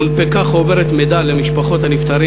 הונפקה חוברת מידע למשפחות הנפטרים